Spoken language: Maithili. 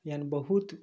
यानि बहुत